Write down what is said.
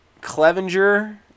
Clevenger